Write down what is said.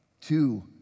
Two